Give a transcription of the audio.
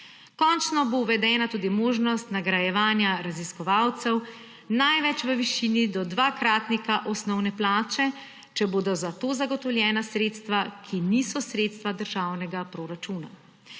Končno bo uvedena tudi možnost nagrajevanja raziskovalcev, največ v višini do dvakratnika osnovne plače, če bodo za to zagotovljena sredstva, ki niso sredstva državnega proračuna.